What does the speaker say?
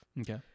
Okay